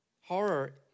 Horror